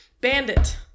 Bandit